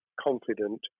confident